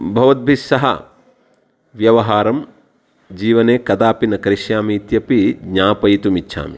भवद्भिस्सह व्यवहारं जीवने कदापि न करिष्यामि इत्यपि ज्ञापयितुम् इच्छामि